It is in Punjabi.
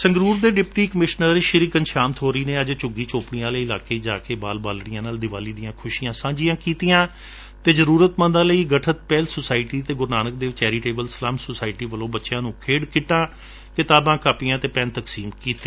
ਸੰਗਰੂਰ ਦੇ ਡਿਪਟੀ ਕਮਿਸ਼ਨਰ ਘਨਸ਼ਿਆਮ ਥੋਰੀ ਨੇ ਅੱਜ ਝੁੱਗੀ ਝੌਪੜੀਆਂ ਵਾਲੇ ਇਲਾਕੇ ਵਿਚ ਜਾ ਕੇ ਬਾਲ ਬਾਲਤੀਆ ਨਾਲ ਦੀਵਾਲੀ ਦੀਆਂ ਖੁਸ਼ੀਆਂ ਸ਼ਾਝਾ ਕੀਤੀਆਂ ਅਤੇ ਜ਼ਰੁਰਤ ਮੰਦਾ ਲਈ ਗਠਿਤ ਪਹਿਲ ਸੁਸਾਇਟੀ ਅਤੇ Guru Nanak Dev charitable slum society ਵੱਲੋਂ ਬਚਿਆਂ ਨੂੰ ਖੇਡ ਕਿਟਾਂ ਕਿਤਾਬਾਂ ਕਾਪੀਆਂ ਅਤੇ ਪੈਨ ਤਕਸੀਮ ਕੀਤੇ